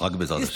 רק בעזרת השם.